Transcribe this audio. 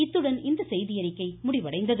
இத்துடன் இந்த செய்தியறிக்கை முடிவடைந்தது